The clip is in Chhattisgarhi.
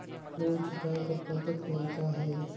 लोन चुकाय कर कतेक तरीका है?